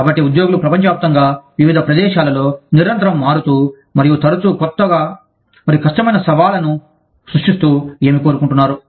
కాబట్టి ఉద్యోగులు ప్రపంచవ్యాప్తంగా వివిధ ప్రదేశాలలో నిరంతరం మారుతూ మరియు తరచూ కొత్త మరియు కష్టమైన సవాళ్లను సృష్టిస్తూ ఏమి కోరుకుంటున్నారో